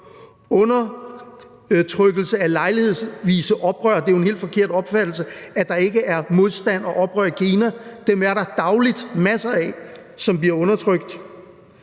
undertrykkelse af lejlighedsvise oprør – det er jo en helt forkert opfattelse, at der ikke er modstand og oprør i Kina, dem er der dagligt masser af, som bliver undertrykt